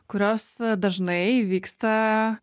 kurios dažnai vyksta